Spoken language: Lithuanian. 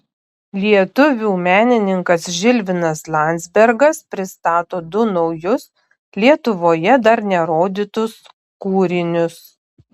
lietuvių menininkas žilvinas landzbergas pristato du naujus lietuvoje dar nerodytus kūrinius